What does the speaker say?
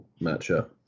matchup